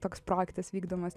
toks projektas vykdomas